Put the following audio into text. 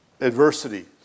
adversity